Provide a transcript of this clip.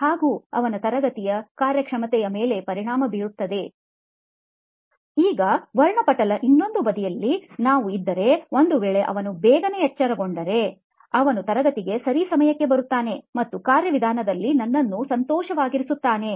ಹಾಗೂ ಅವನ ತರಗತಿಯ ಕಾರ್ಯಕ್ಷಮತೆಯ ಮೇಲೆ ಪರಿಣಾಮ ಬೀರುತ್ತದೆ ಈಗ ವರ್ಣಪಟಲ ಇನ್ನೊಂದು ಬದಿಯಲ್ಲಿ ನಾವು ಇದ್ದರೆ ಒಂದು ವೇಳೆ ಅವನು ಬೇಗನೆ ಎಚ್ಚರಗೊಂಡರೆ ಅವನು ತರಗತಿಗೆ ಸರಿ ಸಮಯಕ್ಕೆ ಬರುತ್ತಾನೆ ಮತ್ತು ಕಾರ್ಯ ವಿಧಾನದಲ್ಲಿ ನನ್ನನ್ನು ಸಂತೋಷವಾಗಿರಿಸುತ್ತಾನೆ